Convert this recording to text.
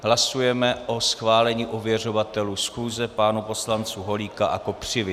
Hlasujeme o schválení ověřovatelů schůze, pánů poslanců Holíka a Kopřivy.